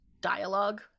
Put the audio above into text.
dialogue